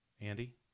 Andy